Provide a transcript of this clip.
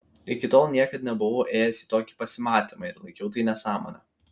iki tol niekad nebuvau ėjęs į tokį pasimatymą ir laikiau tai nesąmone